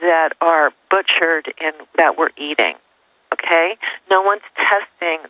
that are butchered and that we're eating ok no one testing